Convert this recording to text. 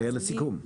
לסיכום?